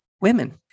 women